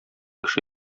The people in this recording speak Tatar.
кеше